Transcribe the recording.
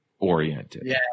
oriented